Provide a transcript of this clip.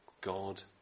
God